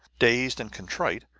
dazed and contrite,